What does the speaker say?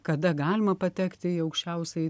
kada galima patekti į aukščiausiąjį